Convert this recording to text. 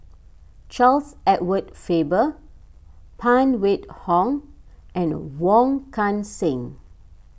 Charles Edward Faber Phan Wait Hong and Wong Kan Seng